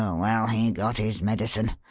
oh, well, he got his medicine.